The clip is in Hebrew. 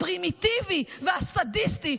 הפרימיטיבי והסדיסטי,